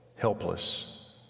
helpless